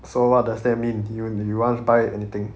so what does that mean you you want buy anything